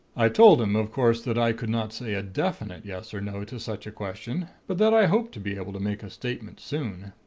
i told him, of course, that i could not say a definite yes or no to such a question but that i hoped to be able to make a statement, soon.